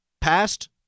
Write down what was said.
past